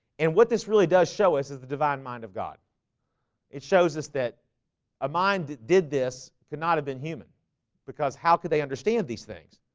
and what this really does show us is the divine mind of god it shows us that a mind that did this could not have been human because how could they understand these things?